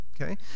okay